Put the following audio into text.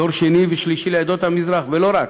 דור שני ושלישי לעדות המזרח, ולא רק.